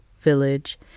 village